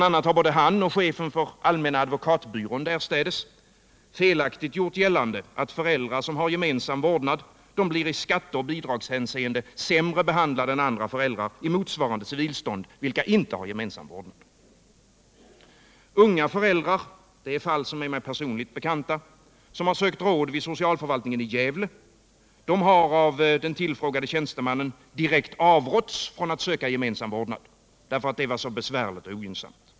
a. har både han och chefen för allmänna advokatbyrån därstädes felaktigt gjort gällande att föräldrar som har gemensam vårdnad i skatteoch bidragshänseende blir sämre behandlade än andra föräldrar i motsvarande civilstånd vilka inte har gemensam vårdnad. Unga föräldrar — det är ett fall som är mig personligen bekant—som har sökt råd vid socialförvaltningen i Gävle har av den tillfrågade tjänstemannen direkt avråtts från att söka gemensam vårdnad, därför att det var så besvärligt och ogynnsamt.